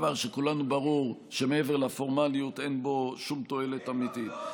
דבר שלכולנו ברור שמעבר לפורמליות אין בו שום תועלת אמיתית.